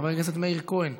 חבר הכנסת מאיר כהן,